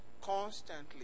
Constantly